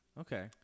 Okay